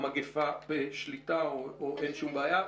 שהמגיפה בשליטה או שאין שום בעיה.